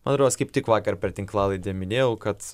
man rodos kaip tik vakar per tinklalaidę minėjau kad